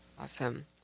Awesome